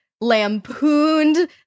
lampooned